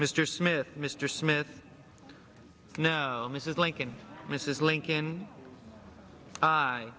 mr smith mr smith no mrs lincoln mrs lincoln hi